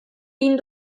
bin